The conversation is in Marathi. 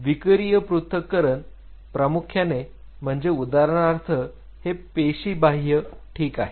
विकरिय पृथक्करण प्रामुख्याने म्हणजे उदाहरणार्थ हे पेशी बाह्य ठीक आहे